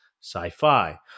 sci-fi